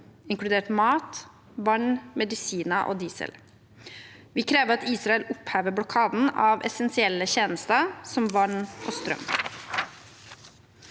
inkludert mat, vann, medisiner og diesel. Vi krever at Israel opphever blokaden av essensielle tjenester som vann og strøm.